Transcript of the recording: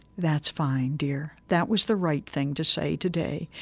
that's fine, dear. that was the right thing to say today.